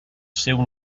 seu